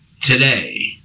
today